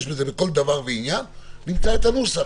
בזה לכל דבר ועניין - נמצא את הנוסח.